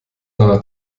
nahe